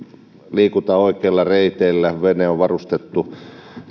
liikutaan oikeilla reiteillä vene on varustettu